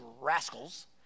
rascals